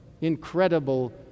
incredible